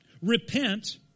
Repent